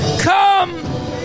come